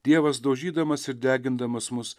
dievas daužydamas ir degindamas mus